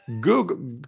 Google